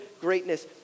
greatness